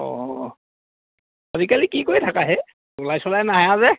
অঁ আজিকালি কি কৰি থাকাহে ওলাই চোলাই নাহাযে